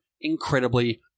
incredibly